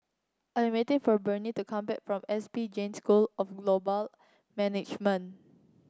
I'm waiting for Bernie to come back from S P Jain School of Global Management